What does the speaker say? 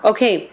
Okay